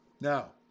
Now